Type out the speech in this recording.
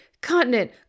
continent